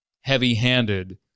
heavy-handed